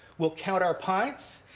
we'll count our pints.